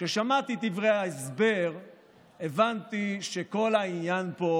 כששמעתי את דברי ההסבר הבנתי שכל העניין פה,